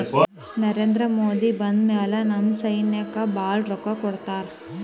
ನರೇಂದ್ರ ಮೋದಿ ಬಂದ್ ಮ್ಯಾಲ ನಮ್ ಸೈನ್ಯಾಕ್ ಭಾಳ ರೊಕ್ಕಾ ಕೊಟ್ಟಾರ